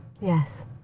Yes